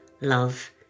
love